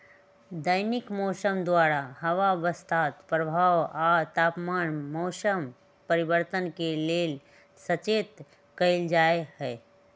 दैनिक मौसम द्वारा हवा बसात प्रवाह आ तापमान मौसम परिवर्तन के लेल सचेत कएल जाइत हइ